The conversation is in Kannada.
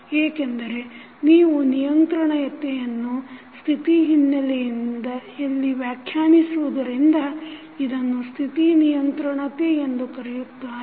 ಏಕೆಂದರೆ ನೀವು ನಿಯಂತ್ರಣತೆಯನ್ನು ಸ್ಥಿತಿ ಹಿನ್ನೆಲೆಯಲ್ಲಿ ವ್ಯಾಖ್ಯಾನಿಸುತ್ತಿರುವುದರಿಂದ ಇದನ್ನು ಸ್ಥಿತಿ ನಿಯಂತ್ರಣತೆ ಎಂದು ಕರೆಯುತ್ತಾರೆ